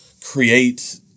create